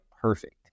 perfect